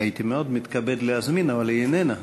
הייתי מאוד מתכבד להזמין, אבל היא איננה.